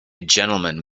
gentleman